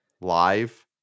Live